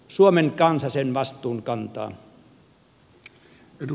suomen kansa sen vastuun kantaa